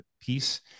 piece